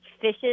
fishes